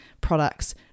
products